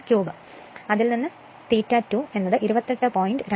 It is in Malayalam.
8 ക്യൂബ് അതിൽ നിന്ന് നമുക്ക് ∅ 2 28